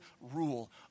rule